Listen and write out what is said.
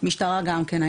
גם המשטרה הייתה.